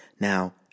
Now